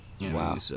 Wow